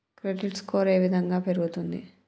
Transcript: Credit score ఏ విధంగా పెరుగుతుంది?